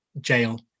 jail